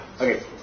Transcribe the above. Okay